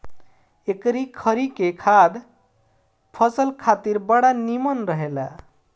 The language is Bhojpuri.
एकरी खरी के खाद फसल खातिर बड़ा निमन रहेला